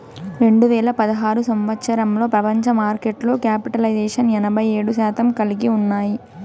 రెండు వేల పదహారు సంవచ్చరంలో ప్రపంచ మార్కెట్లో క్యాపిటలైజేషన్ ఎనభై ఏడు శాతం కలిగి ఉన్నాయి